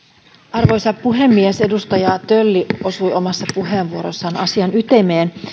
arvoisa puhemies edustaja tölli osui omassa puheenvuorossaan asian ytimeen